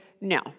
no